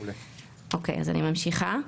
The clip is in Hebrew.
אוקיי אז אני ממשיכה.